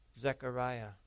Zechariah